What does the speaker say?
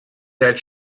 that